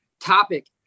topic